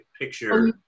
picture